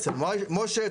אצל משה,